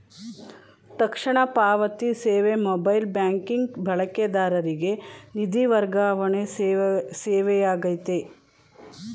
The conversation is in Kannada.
ತಕ್ಷಣ ಪಾವತಿ ಸೇವೆ ಮೊಬೈಲ್ ಬ್ಯಾಂಕಿಂಗ್ ಬಳಕೆದಾರರಿಗೆ ನಿಧಿ ವರ್ಗಾವಣೆ ಸೇವೆಯಾಗೈತೆ